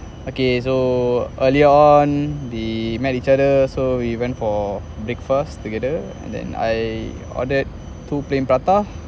okay so earlier we met each other so we went for breakfast together and then I ordered two plain prata